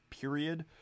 period